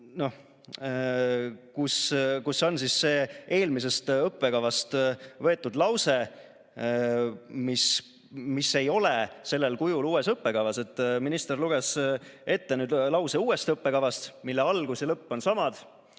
kus on see eelmisest õppekavast võetud lause, mis ei ole sellel kujul uues õppekavas. Minister luges ette lause uuest õppekavast, mille algus ja lõpp on samad,